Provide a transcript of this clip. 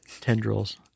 tendrils